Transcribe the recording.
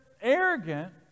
arrogant